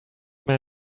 man